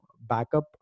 backup